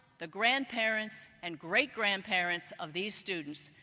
the grandparents, and great-grandparents of these students.